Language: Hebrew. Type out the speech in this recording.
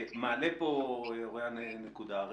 מעלה פה אוריין נקודה.